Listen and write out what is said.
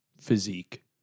physique